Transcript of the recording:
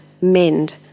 mend